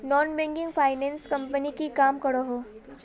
Non banking finance company की काम करोहो?